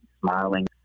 smiling